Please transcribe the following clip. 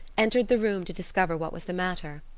entered the room to discover what was the matter.